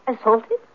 assaulted